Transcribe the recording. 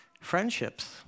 friendships